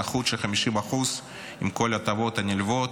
נכות של 50% עם כל ההטבות הנלוות,